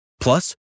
Plus